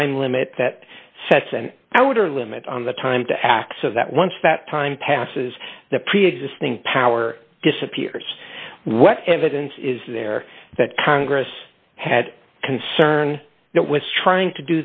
time limit that sets an outer limit on the time to act so that once that time passes the preexisting power disappears what evidence is there that congress had a concern that was trying to